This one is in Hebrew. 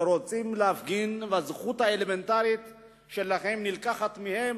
שרוצים להפגין והזכות האלמנטרית שלהם נלקחת מהם,